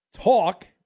talk